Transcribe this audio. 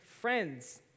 friends